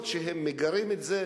כלומר, הרבה אנשים נופלים בטעות הזאת,